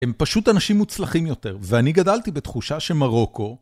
הם פשוט אנשים מוצלחים יותר, ואני גדלתי בתחושה שמרוקו...